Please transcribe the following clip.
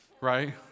right